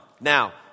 Now